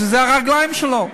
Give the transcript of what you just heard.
שזה הרגליים שלו?